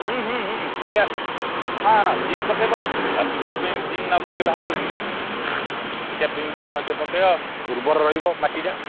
ହୁଁ ହୁଁ ହୁଁ ପିକା ହଁ ହଁ ଜିଙ୍କ ପକେଇଦବ ଆଉ ପିକା ପାଇଁ ଜିଙ୍କ ନ ପକେଇଲେ ହବ କିି ପିକା ପାଇଁ ବି ମଧ୍ୟ ପକେଇବ ଉର୍ବର ରହିବ ମାଟିଟା